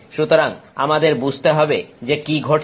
সুতরাং আমাদের বুঝতে হবে যে কি ঘটছে